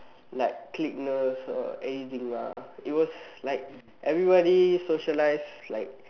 like cliqueness or anything lah it was like everybody socialise like